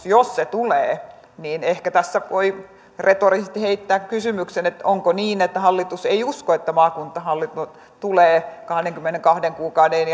jos maakuntahallinto tulee niin ehkä tässä voi retorisesti heittää kysymyksen että onko niin että hallitus ei usko että maakuntahallinto tulee kahdenkymmenenkahden kuukauden